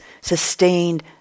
sustained